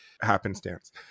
happenstance